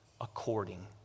according